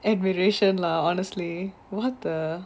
aggravation lah honestly what the